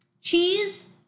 Cheese